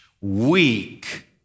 weak